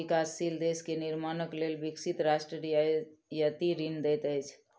विकासशील देश के निर्माणक लेल विकसित राष्ट्र रियायती ऋण दैत अछि